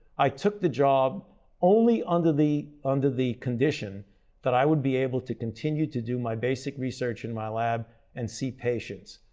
i took the job only under the under the condition that i would be able to continue to do my basic research in my lab and see patients.